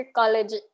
college